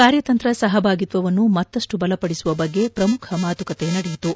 ಕಾರ್ಯತಂತ್ರ ಸಹಭಾಗಿತ್ಲವನ್ನು ಮತ್ತಷ್ಟು ಬಲಪದಿಸುವ ಬಗ್ಗೆ ಪ್ರಮುಖ ಮಾತುಕತೆ ನಡೆಯಿತು